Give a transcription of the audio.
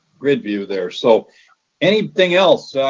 grid view there. so anything else?